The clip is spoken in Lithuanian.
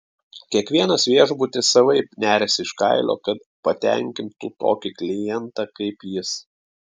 kiekvienas viešbutis savaip neriasi iš kailio kad patenkintų tokį klientą kaip jis